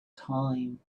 time